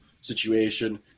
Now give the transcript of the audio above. situation